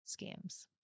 scams